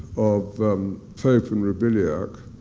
of pope and robiliac,